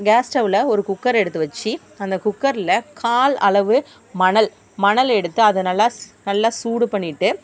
case ஸ்டவ்வில் ஒரு குக்கரை எடுத்து வச்சு அந்த குக்கரில் கால் அளவு மணல் மணல் எடுத்து அதை நல்லா நல்லா சூடு பண்ணிவிட்டு